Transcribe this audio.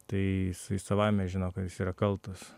tai jis jis savaime žino kad jis yra kaltas